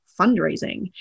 fundraising